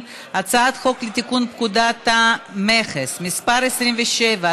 ההצעה להעביר את הצעת חוק לתיקון פקודת המכס (מס' 27),